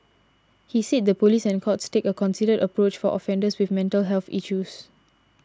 he said the police and courts take a considered approach for offenders with mental health issues